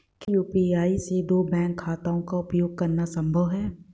क्या एक ही यू.पी.आई से दो बैंक खातों का उपयोग करना संभव है?